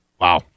wow